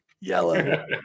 Yellow